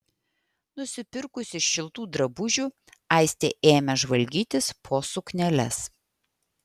nusipirkusi šiltų drabužių aistė ėmė žvalgytis po sukneles